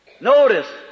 notice